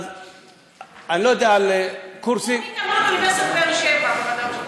אמרנו אחד לשני שבוע טוב,